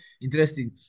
interesting